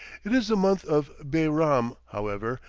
it is the month of bairam, however,